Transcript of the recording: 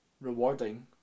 rewarding